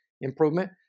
improvement